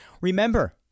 Remember